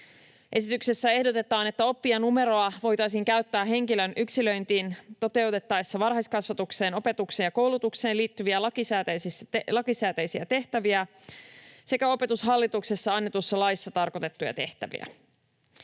Esityksessä ehdotetaan, että oppijanumeroa voitaisiin käyttää henkilön yksilöintiin toteutettaessa varhaiskasvatukseen, opetukseen ja koulutukseen liittyviä lakisääteisiä tehtäviä sekä Opetushallituksesta annetussa laissa tarkoitettuja tehtäviä.